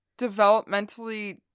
developmentally